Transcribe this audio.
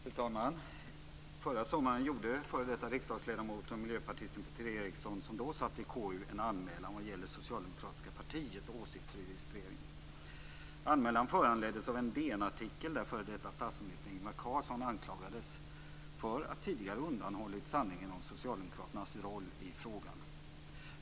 Fru talman! Förra sommaren gjorde f.d. riksdagsledamoten och miljöpartisten Peter Eriksson, som då satt i KU, en anmälan vad gäller Socialdemokratiska partiet och åsiktsregistrering. Anmälan föranleddes av en DN-artikel där f.d. statsminister Ingvar Carlsson anklagades för att tidigare undanhållit Socialdemokraternas roll i frågan.